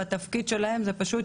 והתפקיד שלהם זה פשוט